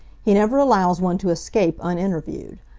he never allows one to escape uninterviewed.